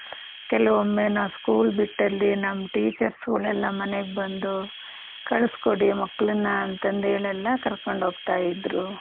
ಕೆಲವೊಮ್ಮೆ ನಾವು ಸ್ಕೂಲ್ ಬಿಟ್ಟಲ್ಲಿ ನಮ್ಮ ಟೀಚರ್ಸುಗಳೆಲ್ಲ ಮನೆಗೆ ಬಂದು ಕಳಿಸ್ಕೊಡಿ ಮಕ್ಕಳನ್ನು ಅಂತಂದು ಹೇಳೆಲ್ಲ ಕರ್ಕೊಂಡೋಗ್ತಾಯಿದ್ರು